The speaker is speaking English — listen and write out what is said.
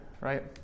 right